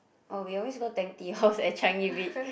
oh we always go Tang-Tea-House at Changi-Beach